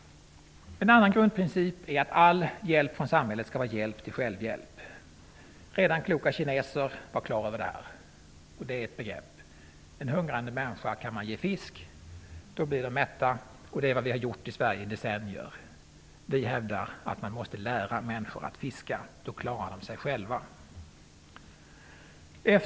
En annan grundprincip är att all hjälp från samhället skall vara hjälp till självhjälp. Kloka kineser var redan för länge sedan klara över det. Hungrande människor kan man ge fisk, och då blir de mätta. Det är vad vi har gjort i Sverige i decennier. Vi i Ny demokrati hävdar att man måste lära människor att fiska. Då klarar de sig själva.